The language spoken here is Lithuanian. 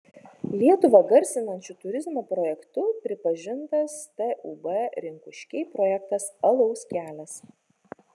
lietuvą garsinančiu turizmo projektu pripažintas tūb rinkuškiai projektas alaus kelias